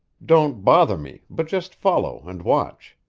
don't bother me, but just follow and watch.